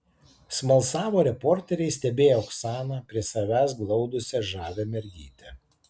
smalsavo reporteriai stebėję oksaną prie savęs glaudusią žavią mergytę